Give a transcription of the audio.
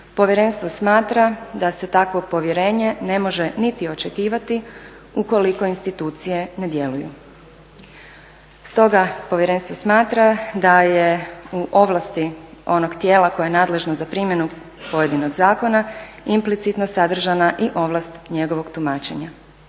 Povjerenstvo smatra da se takvo povjerenje ne može niti očekivati ukoliko institucije ne djeluju. Stoga Povjerenstvo smatra da je u ovlasti onog tijela koje je nadležno za primjenu pojedinog zakona implicitno sadržana i ovlast njegovog tumačenja.